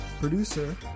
producer